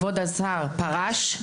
השר פרש,